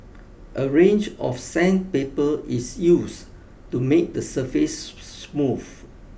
a range of sandpaper is used to make the surface smooth